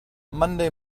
monday